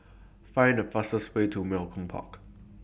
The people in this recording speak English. Find The fastest Way to Malcolm Park